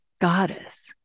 Goddess